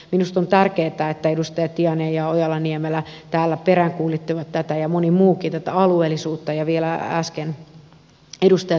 minusta on tärkeätä että edustajat tiainen ja ojala niemelä ja moni muukin peräänkuuluttivat täällä tätä alueellisuutta ja vielä äsken edustaja tolppanenkin